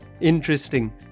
Interesting